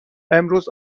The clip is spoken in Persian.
امروز